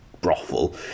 brothel